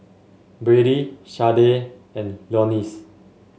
Brady Sharday and Leonce